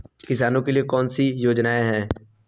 किसानों के लिए कौन कौन सी योजनाएं हैं?